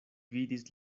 vidis